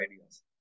ideas